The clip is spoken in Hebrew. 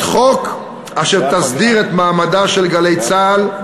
חוק אשר תסדיר את מעמדה של "גלי צה"ל"